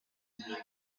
yiyemeza